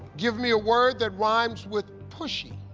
give me a word that rhymes with pushy.